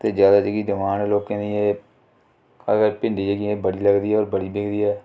ते ज्यादा जेह्की डिमांड लोकें दी अगर भिंडी जेह्की बड़ी लगदी ऐ होर बड़ी बिकदी ऐ